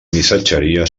missatgeria